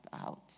out